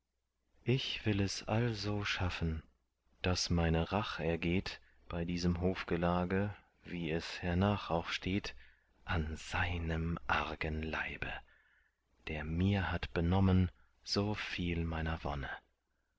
ich will es also schaffen daß meine rach ergeht bei diesem hofgelage wie es hernach auch steht an seinem argen leibe der mir hat benommen so viel meiner wonne